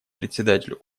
председатель